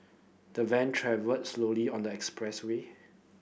the van travelled slowly on the expressway